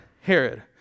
Herod